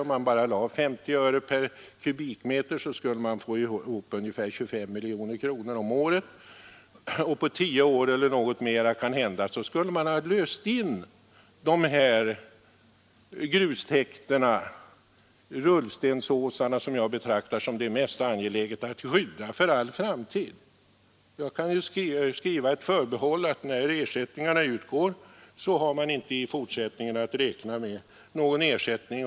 Om man lade bara 50 öre per kubikmeter, skulle man få in ungefär 25 miljoner kronor om året, och på tio år eller något mera skulle man ha löst in rullstensåsarna — som man anser mest angeläget att skydda — för all framtid. Man kan ju göra det förbehållet att när ersättning en gång har utgått man inte i fortsättningen har att räkna med ytterligare ersättning.